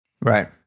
Right